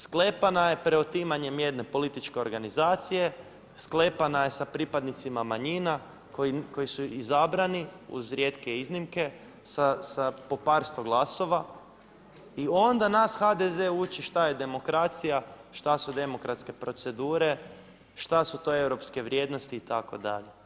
Sklepana je preotimanjem jedne političke organizacije, sklepana je sa pripadnicima manjina, koji su izabrani uz rijetke iznimke, sa po par 100 glasova i onda nas HDZ uči što je demokracija, šta su demokratske procedure, šta su to europske vrijednosti itd.